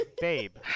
Babe